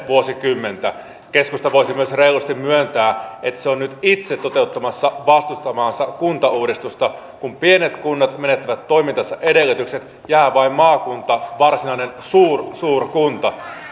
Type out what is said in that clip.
vuosikymmentä keskusta voisi myös reilusti myöntää että se on nyt itse toteuttamassa vastustamaansa kuntauudistusta kun pienet kunnat menettävät toimintansa edellytykset jää vain maakunta varsinainen suursuurkunta